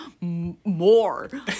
more